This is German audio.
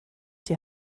die